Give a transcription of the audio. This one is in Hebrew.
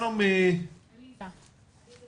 אני אשאר לכבודם עוד דקה-שתיים.